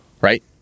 right